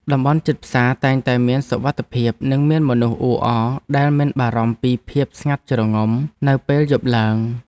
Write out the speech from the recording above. តំបន់ជិតផ្សារតែងតែមានសុវត្ថិភាពនិងមានមនុស្សអ៊ូអរដែលមិនបារម្ភពីភាពស្ងាត់ជ្រងំនៅពេលយប់ឡើយ។